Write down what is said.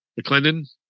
McClendon